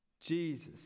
Jesus